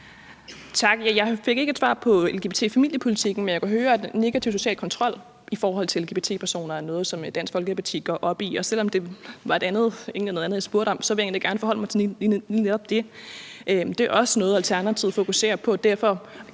Jeg fik ikke et svar på det med en familiepolitik for lgbt+-familier. Men jeg kan høre, at negativ social kontrol i forhold til lgbt-personer er noget, som Dansk Folkeparti går op i, og selv om det egentlig var noget andet, jeg spurgte om, vil jeg egentlig gerne forholde mig til lige netop det. Det er også noget, Alternativet fokuserer på,